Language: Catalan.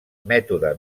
mètode